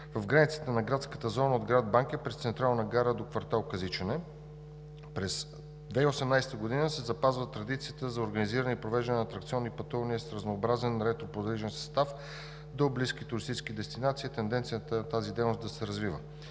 в границите на градската зона от град Банкя през Централна гара до квартал Казичене. През 2018 г. се запазва традицията за организиране и провеждане на атракционни пътувания с разнообразен ретроподвижен състав до близки туристически дестинации, а тенденцията е тази дейност да се развива.